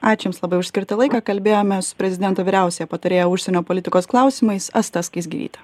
ačiū jums labai už skirtą laiką kalbėjome su prezidento vyriausiąja patarėja užsienio politikos klausimais asta skaisgiryte